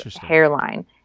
hairline